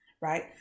right